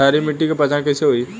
क्षारीय माटी के पहचान कैसे होई?